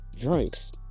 drinks